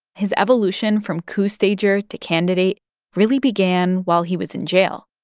his evolution from coup-stager to candidate really began while he was in jail.